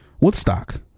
Woodstock